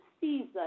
season